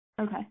Okay